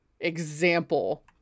example